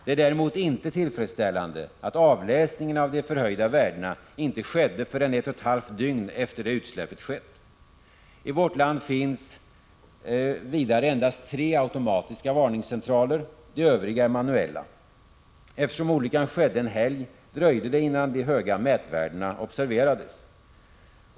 Det är däremot inte tillfredsställande att avläsningen av de förhöjda värdena inte skedde förrän ett och ett halvt dygn efter det att utsläppet skett. I vårt land finns vidare endast tre automatiska varningscentraler. De övriga är manuella. Eftersom olyckan skedde en helg dröjde det innan de höga mätvärdena observerades.